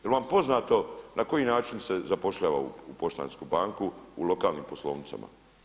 Jel' vam poznato na koji način se zapošljava u Poštansku banku u lokalnim poslovnicama?